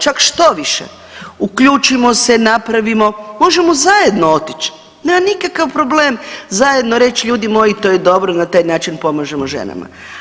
Čak štoviše uključimo se, napravimo, možemo zajedno otići nema nikakav problem zajedno reći ljudi moji to je dobro na taj način pomažemo ženama.